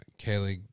Kaylee